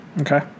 Okay